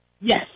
Yes